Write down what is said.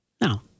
Now